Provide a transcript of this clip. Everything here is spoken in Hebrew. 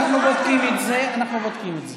אנחנו נבדוק את זה, חבר הכנסת.